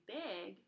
big